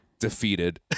Defeated